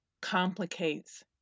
complicates